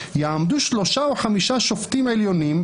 יעמדו שלושה או חמישה שופטים עליונים,